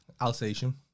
Alsatian